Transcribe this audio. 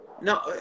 No